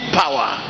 power